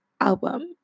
album